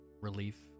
Relief